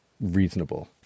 reasonable